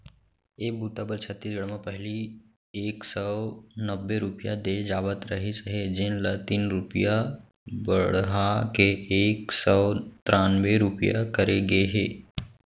ए बूता बर छत्तीसगढ़ म पहिली एक सव नब्बे रूपिया दे जावत रहिस हे जेन ल तीन रूपिया बड़हा के एक सव त्रान्बे रूपिया करे गे हे